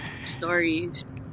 stories